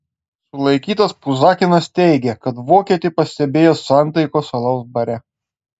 sulaikytas puzakinas teigė kad vokietį pastebėjo santaikos alaus bare